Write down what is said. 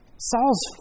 Saul's